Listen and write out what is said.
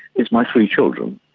it's my three children.